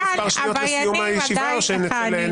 כאן עבריינים עדיין מכהנים.